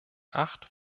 acht